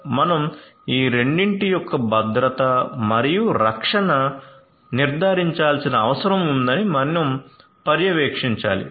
మనం ఈ రెండింటి యొక్క భద్రత మరియు రక్షణ నిర్ధారించాల్సిన అవసరం ఉందని మనం పర్యవేక్షించాలి